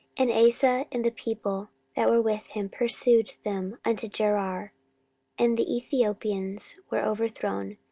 and asa and the people that were with him pursued them unto gerar and the ethiopians were overthrown,